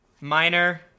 Minor